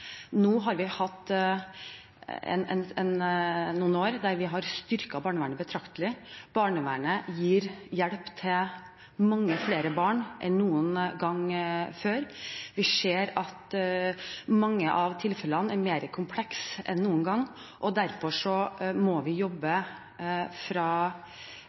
Nå har vi hatt noen år der vi har styrket barnevernet betraktelig. Barnevernet gir hjelp til mange flere barn enn noen gang før. Vi ser at mange av tilfellene er mer komplekse enn noen gang, og derfor må vi jobbe